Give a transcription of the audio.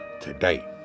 today